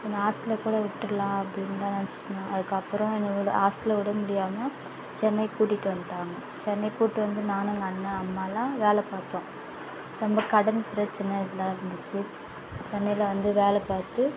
என்ன ஹாஸ்டலில் கூட விட்டுரலாம் அப்படின்லாம் நினச்சி சொன்னாங்க அதுக்கு அப்புறம் என்ன ஒரு ஹாஸ்டலில் விட முடியாமல் சென்னைக்கு கூட்டிகிட்டு வந்துட்டாங்க சென்னைக்கு கூடிகிட்டு வந்து நான் எங்கள் அண்ணன் அம்மா எல்லாம் வேலை பார்த்தோம் ரொம்ப கடன் பிரச்சனை எல்லாம் இதெலாம் இருந்துச்சு சென்னையில வந்து வேலை பார்த்து